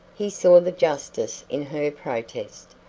he saw the justice in her protest.